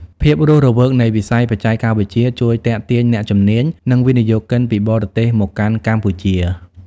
ភាពរស់រវើកនៃវិស័យបច្ចេកវិទ្យាជួយទាក់ទាញអ្នកជំនាញ និងវិនិយោគិនពីបរទេសមកកាន់កម្ពុជា។